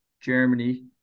Germany